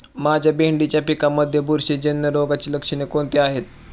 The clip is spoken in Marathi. माझ्या भेंडीच्या पिकामध्ये बुरशीजन्य रोगाची लक्षणे कोणती आहेत?